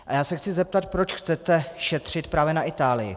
A já se chci zeptat, proč chcete šetřit právě na Itálii?